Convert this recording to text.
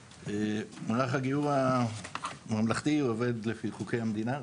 מערך הגיור הממלכתי עובד לפי חוקי המדינה,